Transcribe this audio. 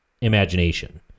imagination